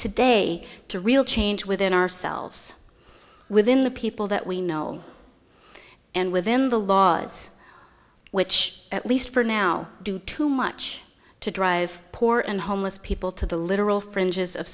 today to real change within ourselves within the people that we know and within the laws which at least for now do too much to drive poor and homeless people to the literal fringes of